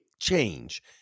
change